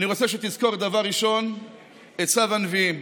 אני רוצה שתזכור דבר ראשון את צו הנביאים.